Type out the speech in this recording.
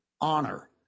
honor